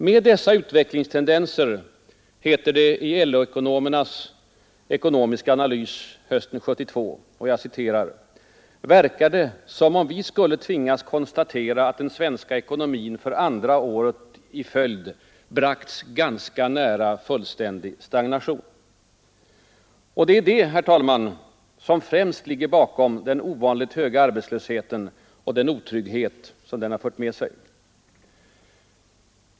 Med dessa utvecklingstendenser — heter det i LO-ekonomernas ekonomiska analys hösten 1972 — ”verkar det som om vi skulle tvingas konstatera, att den svenska ekonomin för andra året i följd bragts ganska nära fullständig stagnation”. Det är det, herr talman, som främst ligger bakom den ovanligt höga arbetslösheten och den otrygghet som den har fört med sig.